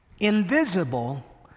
Invisible